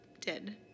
did